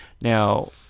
Now